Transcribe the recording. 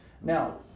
Now